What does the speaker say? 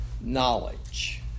knowledge